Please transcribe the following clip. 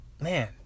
Man